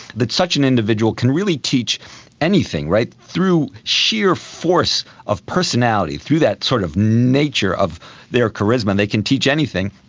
that such an individual can really teach anything through sheer force of personality, through that sort of nature of their charisma they can teach anything.